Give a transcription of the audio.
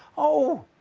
oh!